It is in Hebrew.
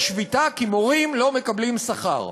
יש שביתה כי מורים לא מקבלים שכר.